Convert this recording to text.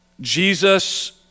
Jesus